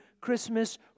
Christmas